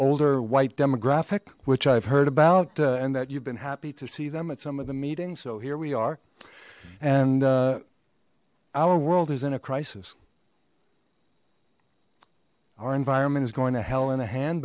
older white demographic which i've heard about and that you've been happy to see them at some of the meeting so here we our and our world is in a crisis our environment is going to hell in a hand